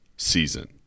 season